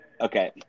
Okay